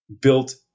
built